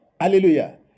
hallelujah